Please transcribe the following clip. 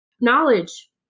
knowledge